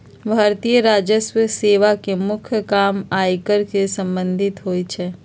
भारतीय राजस्व सेवा के मुख्य काम आयकर से संबंधित होइ छइ